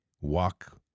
walk